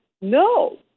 No